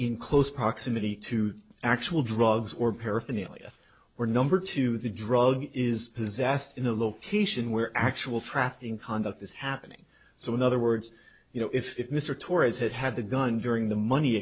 in close proximity to actual drugs or paraphernalia or number two the drug is possessed in a location where actual tracking conduct is happening so in other words you know if mr torres had had the gun during the money